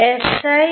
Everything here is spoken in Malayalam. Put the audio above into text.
ആണ്